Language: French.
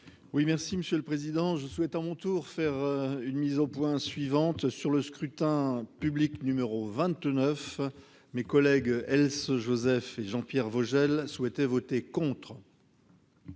Oui, merci Monsieur le Président, je souhaite à mon tour, faire une mise au point suivante sur le scrutin public numéro 29 mes collègues Else Joseph et Jean-Pierre Vogel souhaitaient voter contre.